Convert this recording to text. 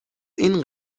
این